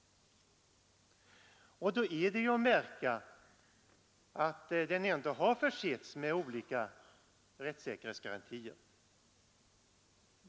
Och då är att märka att den ändå har försetts med olika rättssäkerhetsga rantier.